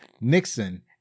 Nixon